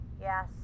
Yes